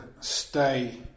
stay